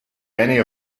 many